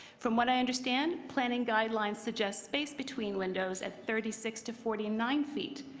from what i understand, planning guidelines suggest space between windows at thirty six to forty nine feet,